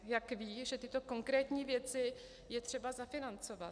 Jak ví, že tyto konkrétní věci je třeba zafinancovat?